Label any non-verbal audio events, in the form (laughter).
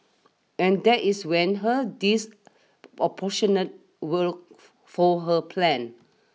and that is when her disproportionate (unintelligible) fold her plan